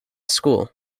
school